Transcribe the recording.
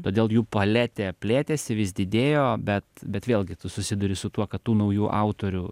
todėl jų paletė plėtėsi vis didėjo bet bet vėlgi tu susiduri su tuo kad tų naujų autorių